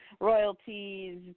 royalties